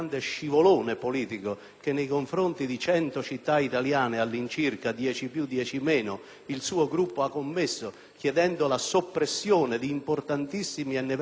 chiedendo la soppressione di importantissimi e nevralgici uffici giudiziari che fanno la qualità istituzionale della vita di queste città, ma lo ha fatto passare come un refuso.